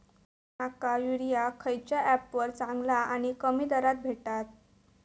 माका युरिया खयच्या ऍपवर चांगला आणि कमी दरात भेटात?